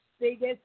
Biggest